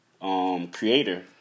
Creator